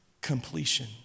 completion